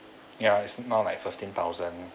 ya isn't not like fifteen thousand